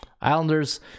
Islanders